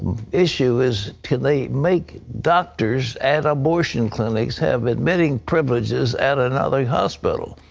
issue is, can they make doctors at abortion clinics have admitting privileges at another hospital.